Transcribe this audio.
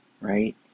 right